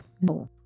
no